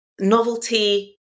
novelty